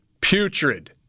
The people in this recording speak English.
Putrid